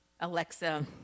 Alexa